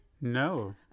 No